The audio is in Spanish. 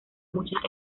muchas